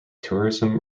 tourism